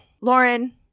lauren